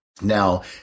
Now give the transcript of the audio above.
Now